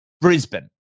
Brisbane